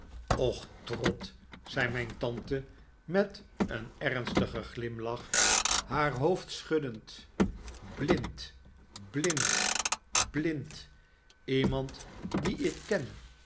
och trot zei mijn tante met een ernstigen glimlach haar hoofd schuddend blind blind blind iemand dien ik ken